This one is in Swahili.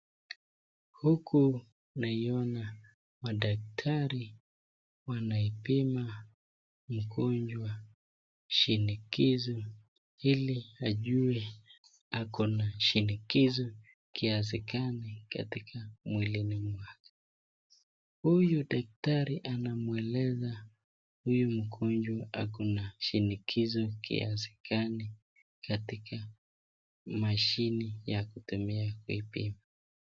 Huku naiona madaktari wanaipima mgonjwa shinikizo ili ajue ako na shinikizo kiasi gani katika mwilini mwake ,huyu daktari anamweleza huyu mgonjwa ako na shinikizo kiasi gani katika mashini ya kupimia vipimo.